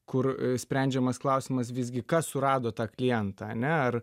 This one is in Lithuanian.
kur sprendžiamas klausimas visgi kas surado tą klientą ane ar